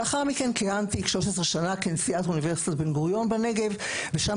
לאחר מכן כיהנתי כ-13 שנה כנשיאת אוניברסיטת בן גוריון בנגב ושם